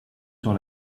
sur